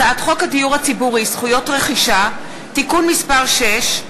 הצעת חוק הדיור הציבורי (זכויות רכישה) (תיקון מס' 6),